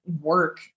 work